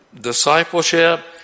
discipleship